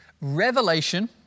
revelation